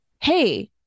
hey